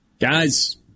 guys